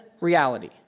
reality